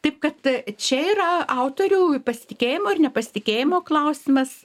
taip kad čia yra autorių pasitikėjimo ir nepasitikėjimo klausimas